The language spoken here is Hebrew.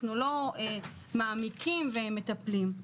אנחנו לא מעמיקים ומטפלים.